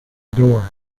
door